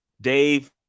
Dave